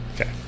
Okay